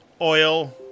oil